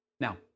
Now